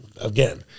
again